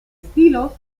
estilos